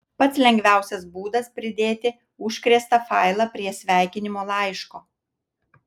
pats lengviausias būdas pridėti užkrėstą failą prie sveikinimo laiško